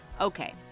Okay